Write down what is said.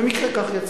במקרה, כך יצא.